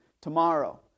tomorrow